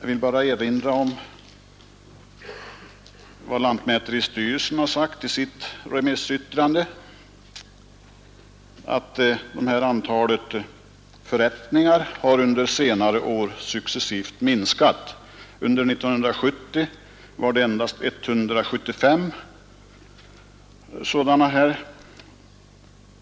Jag vill bara erinra om vad lantmäteristyrelsen har sagt i sitt remissyttrande, nämligen att antalet förrättningar enligt ensittarlagen under senare år successivt har minskat. Under 1970 gjordes endast 175 framställningar